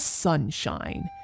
sunshine